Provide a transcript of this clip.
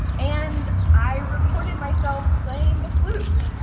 and i recorded myself playing the flute.